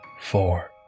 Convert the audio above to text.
four